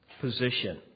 position